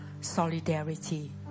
solidarity